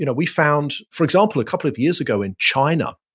you know we found, for example, a couple of years ago in china,